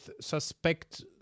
suspect